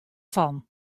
fan